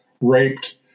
raped